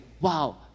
wow